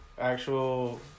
actual